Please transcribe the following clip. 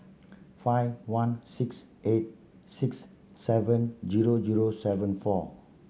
five one six eight six seven zero zero seven four